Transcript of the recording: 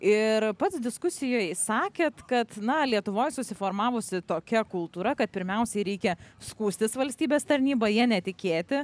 ir pats diskusijoj sakėt kad na lietuvoj susiformavusi tokia kultūra kad pirmiausiai reikia skųstis valstybės tarnyba ja netikėti